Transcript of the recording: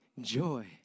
joy